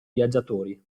viaggiatori